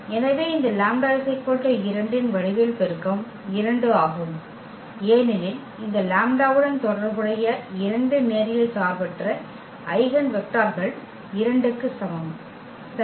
எனவே இந்த λ 2 இன் வடிவியல் பெருக்கம் 2 ஆகும் ஏனெனில் இந்த லாம்ப்டாவுடன் தொடர்புடைய இரண்டு நேரியல் சார்பற்ற ஐகென் வெக்டர்கள் 2 க்கு சமம் சரி